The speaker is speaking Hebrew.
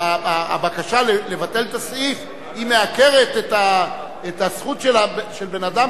הבקשה לבטל את הסעיף מעקרת את הזכות של בן-אדם